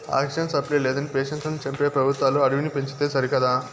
oxygen supply లేదని పేషెంట్లను చంపే పెబుత్వాలు అడవిని పెంచితే సరికదా